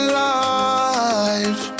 life